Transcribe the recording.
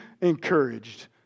encouraged